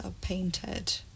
painted